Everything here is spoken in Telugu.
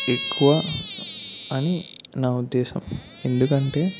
ఎక్కువ అని నా ఉద్దేశం ఎందుకంటే